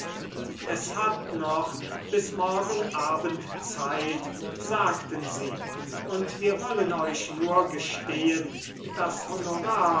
es hat noch bis morgen abend zeit sagten sie und wir wollen euch nur gestehen das honorar